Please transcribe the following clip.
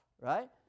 right